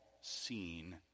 seen